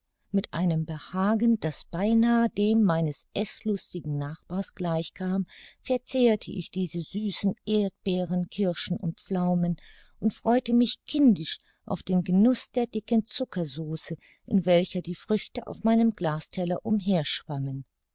mit einem behagen das beinah dem meines eßlustigen nachbars gleich kam verzehrte ich diese süßen erdbeeren kirschen und pflaumen und freute mich kindisch auf den genuß der dicken zuckersauce in welcher die früchte auf meinem glasteller umher